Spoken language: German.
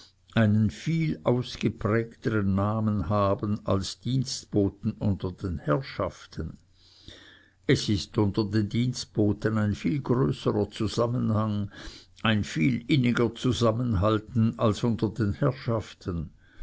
einen viel ausgeprägtern namen haben als dienstboten unter den herrschaften es ist unter den dienstboten ein viel größerer zusammenhang ein viel inniger zusammenhalten als unter den herrschaften